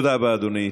תודה רבה, אדוני.